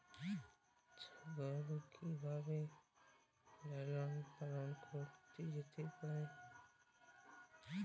ছাগল কি ভাবে লালন পালন করা যেতে পারে?